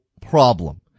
problem